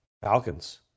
Falcons